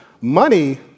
Money